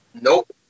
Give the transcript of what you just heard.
Nope